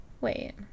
Wait